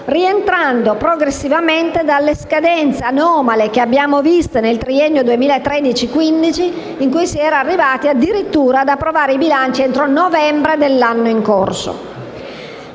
rientrando progressivamente dalle scadenze anomale che abbiamo visto nel triennio 2013-2015, in cui si era arrivati addirittura ad approvare i bilanci entro novembre dell'anno in corso.